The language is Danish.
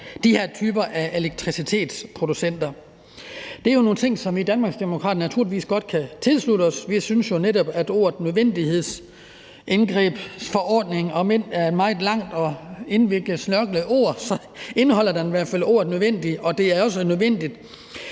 de her typer af elektricitetsproducenter, og det er jo nogle ting, som vi i Danmarksdemokraterne naturligvis godt kan tilslutte os. Vi synes netop, at ordet nødvendighedsindgrebsforordningen, om end det er et meget langt, indviklet og snørklet ord, så i hvert fald indeholder ordet nødvendigt, og det er jo også nødvendigt